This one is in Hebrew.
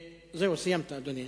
זהו, סיימת, אדוני?